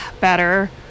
better